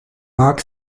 mag